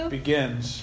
begins